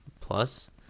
plus